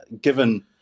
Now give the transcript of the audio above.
given